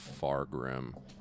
Fargrim